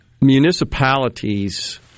municipalities